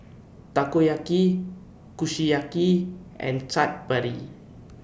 Takoyaki Kushiyaki and Chaat Papri